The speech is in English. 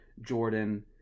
Jordan